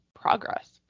Progress